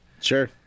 Sure